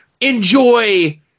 Enjoy